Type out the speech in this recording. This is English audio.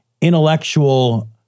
intellectual